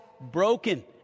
broken